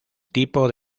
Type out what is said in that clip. tipo